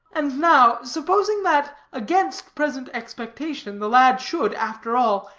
and now, supposing that against present expectation the lad should, after all,